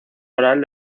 oral